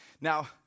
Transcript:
Now